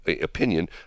opinion